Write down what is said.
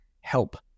help